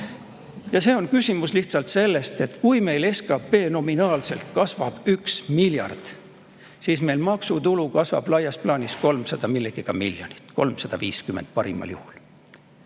See on küsimus lihtsalt sellest, et kui SKP nominaalselt kasvab 1 miljardi, siis maksutulu kasvab laias plaanis 300 millegagi miljonit, 350 miljonit parimal juhul.